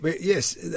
Yes